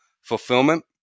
Fulfillment